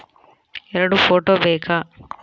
ಎರಡು ಫೋಟೋ ಬೇಕಾ?